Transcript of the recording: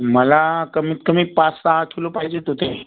मला कमीतकमी पाचसहा किलो पाहिजेत होते